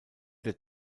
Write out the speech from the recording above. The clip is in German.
der